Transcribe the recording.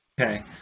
okay